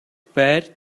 байр